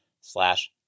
slash